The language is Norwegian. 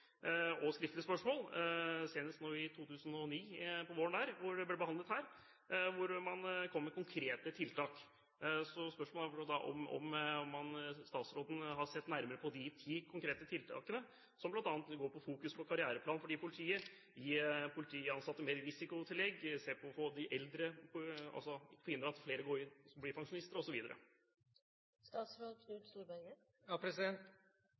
og skriftlige spørsmål, senest våren 2009, som ble behandlet her, hvor man kom med konkrete tiltak. Så spørsmålet er om statsråden har sett nærmere på de ti konkrete tiltakene, som bl.a. går på å fokusere på karriereplan for politiet, å gi politiansatte mer risikotillegg, å forhindre at flere eldre blir pensjonister osv. Nå må vi ikke framstille det som om man ikke har valgt å satse og sette inn